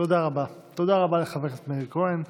תודה רבה לחבר הכנסת מאיר כהן.